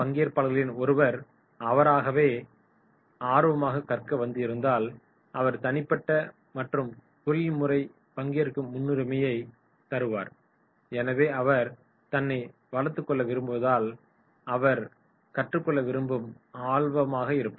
பங்கேற்பாளர்களில் ஒருவர் அவராகவே ஆர்வமாக கற்க வந்து இருந்தால் அவர் தனிப்பட்ட மற்றும் தொழில்முறை வளர்ச்சிக்கு முன்னுரிமை தருவார் எனவே அவர் தன்னை வளர்த்துக் கொள்ள விரும்புவதால் அவர் கற்றுக்கொள்ள மிகவும் ஆர்வமாக இருப்பார்